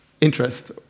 interest